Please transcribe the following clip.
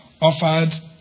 offered